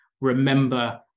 remember